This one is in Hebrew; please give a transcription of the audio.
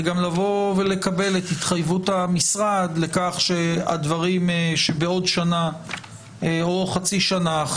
זה לבוא ולקבל את התחייבות המשרד לכך שבעוד שנה או חצי שנה,